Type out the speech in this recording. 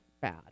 bad